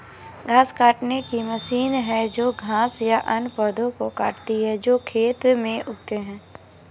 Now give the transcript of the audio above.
घास काटने की मशीन है जो घास या अन्य पौधों को काटती है जो खेत में उगते हैं